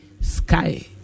sky